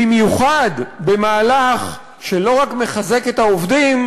במיוחד במהלך שלא רק מחזק את העובדים,